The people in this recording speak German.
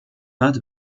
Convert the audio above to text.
hat